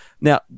Now